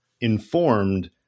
informed